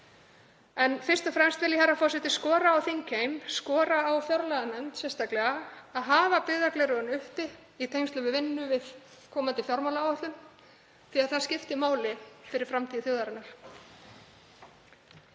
En fyrst og fremst vil ég skora á þingheim, skora á fjárlaganefnd sérstaklega að hafa byggðagleraugun uppi í tengslum við vinnu við komandi fjármálaáætlun, því að það skiptir máli fyrir framtíð þjóðarinnar.